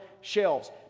shelves